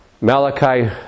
Malachi